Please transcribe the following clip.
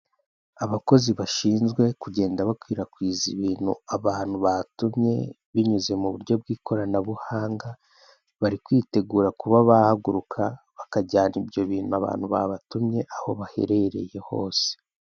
Abakozi bashinzwe kugenda bakwirakwiza ibintu abantu batumye binyuze mu buryo bw'ikoranabuhanga. Bari kwitegura kuba bahaguruka, bakajyana ibyo ibintu abantu babatumye aho baherereye hose.